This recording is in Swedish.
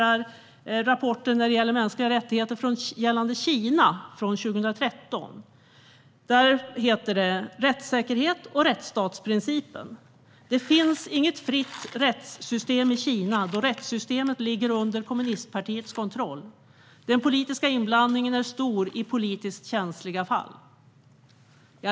Av rapporten om mänskliga rättigheter gällande Kina från 2013 framgår följande om rättssäkerhet och rättsstatsprincipen: Det finns inget fritt rättssystem i Kina eftersom rättssystemet ligger under kommunistpartiets kontroll. Den politiska inblandningen är stor i politiskt känsliga fall.